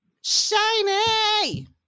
shiny